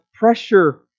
pressure